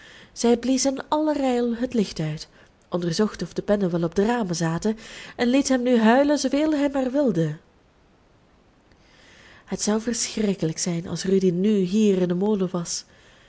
zij blies in aller ijl het licht uit onderzocht of de pennen wel op de ramen zaten en liet hem nu huilen zoo veel hij maar wilde het zou verschrikkelijk zijn als rudy nu hier in den molen was